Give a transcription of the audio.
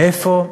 מאיפה?